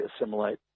assimilate